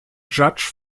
judge